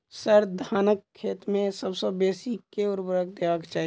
sir, धानक खेत मे सबसँ बेसी केँ ऊर्वरक देबाक चाहि